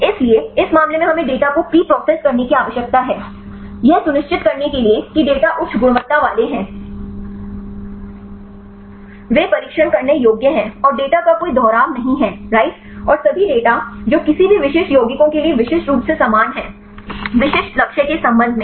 इसलिए इस मामले में हमें डेटा को प्रीप्रोसेस करने की आवश्यकता है यह सुनिश्चित करने के लिए कि डेटा उच्च गुणवत्ता वाले हैं वे परीक्षण करने योग्य हैं और डेटा का कोई दोहराव नहीं है राइट और सभी डेटा जो किसी भी विशिष्ट यौगिकों के लिए विशिष्ट रूप से समान हैं विशिष्ट लक्ष्य के संबंध में